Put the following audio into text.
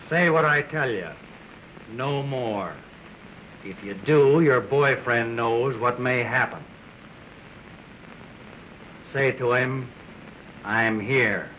say what i tell you no more if you do your boyfriend knows what may happen to him i am here